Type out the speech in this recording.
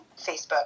Facebook